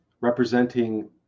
representing